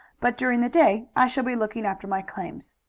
but during the day i shall be looking after my claims.